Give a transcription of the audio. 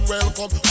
Welcome